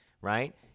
Right